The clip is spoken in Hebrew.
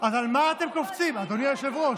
אז על מה אתם קופצים, אדוני היושב-ראש?